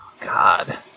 God